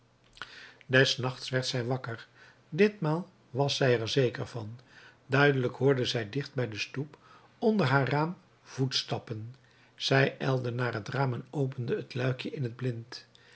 des nachts werd zij wakker ditmaal was zij er zeker van duidelijk hoorde zij dicht bij de stoep onder haar raam voetstappen zij ijlde naar het raam en opende het luikje in het blind